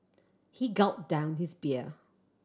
he gulped down his beer